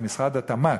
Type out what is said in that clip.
משרד התמ"ת,